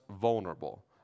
vulnerable